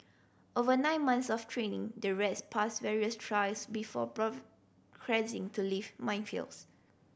over nine months of training the rats pass various trials before to live minefields